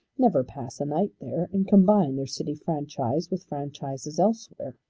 never pass a night there, and combine their city franchise with franchises elsewhere.